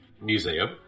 Museum